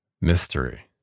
mystery